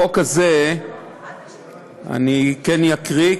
את החוק הזה אני כן יקריא,